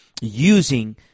using